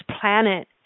planet